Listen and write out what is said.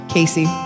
Casey